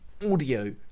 audio